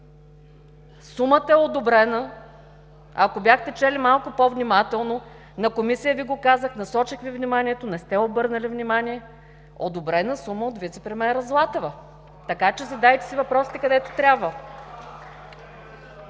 Сумата, ако бяхте чели малко по-внимателно, на Комисията Ви го казах, насочих Ви вниманието, не сте обърнали внимание, е одобрена от вицепремиера Златева. Така че задайте си въпросите където трябва.